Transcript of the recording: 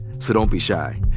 so don't be shy.